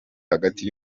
hagati